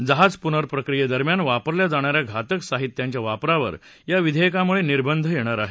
जहाज पुनर्प्रक्रियेदरम्यान वापरल्या जाणाऱ्या घातक साहित्यांच्या वापरावर या विधेयकामुळे निर्बंध येणार आहेत